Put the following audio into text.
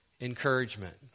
encouragement